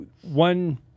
One